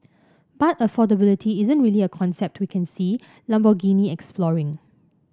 but affordability isn't really a concept we can see Lamborghini exploring